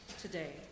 today